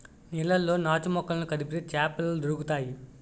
నీళ్లలో నాచుమొక్కలను కదిపితే చేపపిల్లలు దొరుకుతాయి